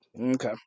Okay